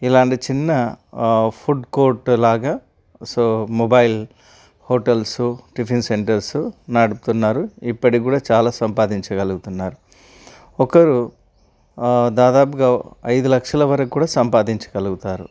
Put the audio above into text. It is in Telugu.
ఇలాంటి చిన్న ఫుడ్ కోర్ట్లాగా so mobile hotels tiffin centres నడుపుతున్నారు ఇప్పటికి కూడా చాలా సంపాదించగలుతున్నారు ఒకరు దాదాపు అయిదు లక్షల వరకు కూడా సంపాదించగలుగుతారు